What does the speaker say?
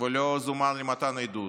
ולא זומן למתן עדות,